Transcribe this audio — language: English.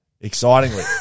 Excitingly